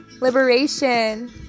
liberation